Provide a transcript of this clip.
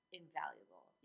invaluable